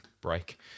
break